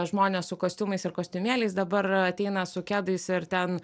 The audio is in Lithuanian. žmones su kostiumais ir kostiumėliais dabar ateina su kedais ir ten